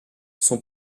sont